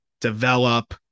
develop